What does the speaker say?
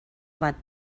bat